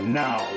now